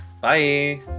Bye